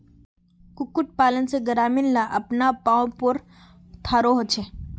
कुक्कुट पालन से ग्रामीण ला अपना पावँ पोर थारो होचे